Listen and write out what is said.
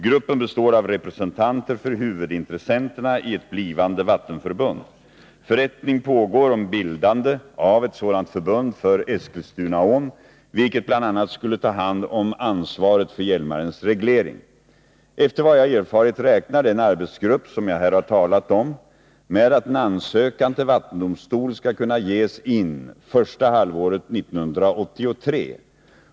Gruppen består av representanter för huvudintressenterna i ett blivande vattenförbund. Förrättning pågår om bildande av ett sådant förbund för Eskilstunaån, vilket bl.a. skulle ta hand om ansvaret för Hjälmarens reglering. Efter vad jag erfarit räknar den arbetsgrupp, som jag här har talat om, med att en ansökan till vattendomstol skall kunna ges in första halvåret 1983.